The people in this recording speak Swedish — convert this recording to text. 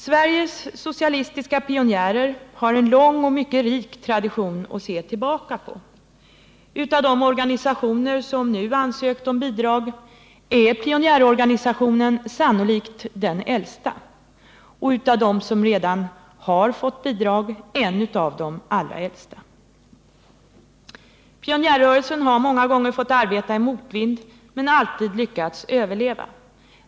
Sveriges socialistiska pionjärer har en lång och mycket rik tradition att se tillbaka på. Av de organisationer som ansökt om bidrag är pionjärorganisationen sannolikt den äldsta, och av dem som redan har bidrag en av de äldsta. Pionjärrörelsen har många gånger fått arbeta i motvind men alltid lyckats överleva.